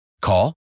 Call